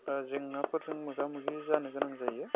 जेंनाफोरजों मोगा मोगि जानो गोनां जायो